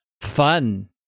fun